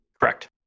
Correct